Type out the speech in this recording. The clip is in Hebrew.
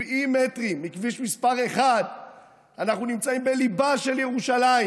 70 מטרים מכביש מס' 1. אנחנו נמצאים בליבה של ירושלים.